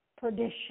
perdition